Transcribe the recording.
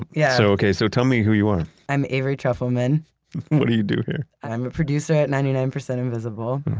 yeah so okay. so tell me who you are i'm avery trufelman what do you do here? i'm a producer at ninety nine percent invisible